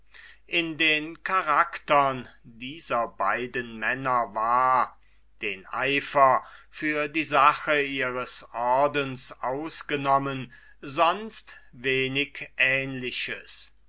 in den charakteren dieser beiden männer war den eifer für die sache ihres ordens ausgenommen sonst wenig ähnliches